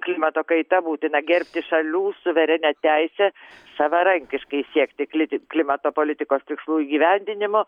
klimato kaita būtina gerbti šalių suverenią teisę savarankiškai siekti kli klimato politikos tikslų įgyvendinimo